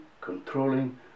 controlling